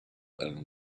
and